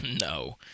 No